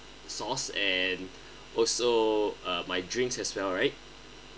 sauce and also uh my drinks as well right